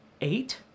eight